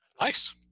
Nice